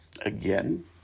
Again